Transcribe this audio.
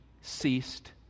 ceased